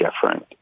different